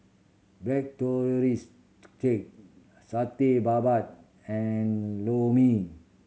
black cake Satay Babat and Lor Mee